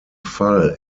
fall